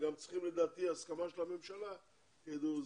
גם צריכים, לדעתי, הסכמה של הממשלה כי זו תוספת.